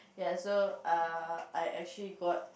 ya so err I actually got